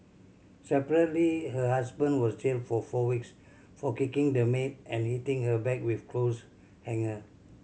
separately her husband was jailed for four weeks for kicking the maid and hitting her back with clothes hanger